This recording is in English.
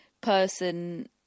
person